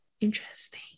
Interesting